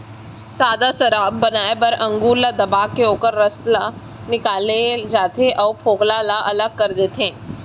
सादा सराब बनाए बर अंगुर ल दबाके ओखर रसा ल निकाल ले जाथे अउ फोकला ल अलग कर देथे